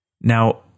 Now